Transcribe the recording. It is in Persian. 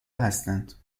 هستند